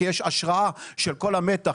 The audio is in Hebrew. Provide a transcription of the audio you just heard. כי יש השראה של כל המתח,